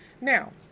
now